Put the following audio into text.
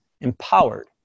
empowered